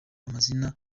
amazina